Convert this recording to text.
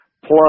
Plus